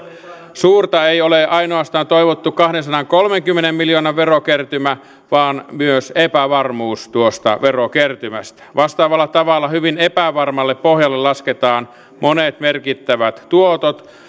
suurta ei ole ainoastaan toivottu kahdensadankolmenkymmenen miljoonan verokertymä vaan myös epävarmuus tuosta verokertymästä vastaavalla tavalla hyvin epävarmalle pohjalle lasketaan monet merkittävät tuotot esimerkiksi